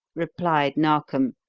replied narkom,